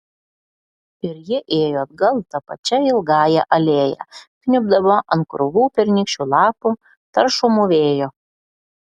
ir ji ėjo atgal ta pačia ilgąja alėja kniubdama ant krūvų pernykščių lapų taršomų vėjo